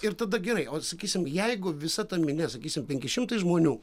ir tada gerai o sakysim jeigu visa ta minia sakysim penki šimtai žmonių